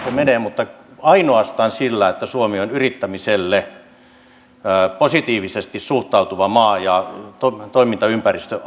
se menee mutta ainoastaan sitä kautta että suomi on yrittämiseen positiivisesti suhtautuva maa ja toimintaympäristö